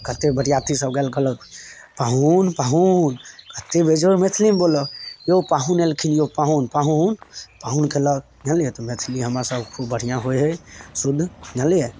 कतेक बरिआती सब गेल कहलक पाहून पाहून कतेक बेजोड़ मैथिलीमे बोलऽ यौ पाहून एलखिन यौ पाहून पाहून कयलक जनलिऐ तऽ मैथिली हमर सबके खूब बढ़िआँ होय हय शुद्ध जनलिऐ